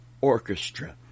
orchestra